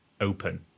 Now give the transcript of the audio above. open